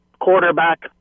quarterback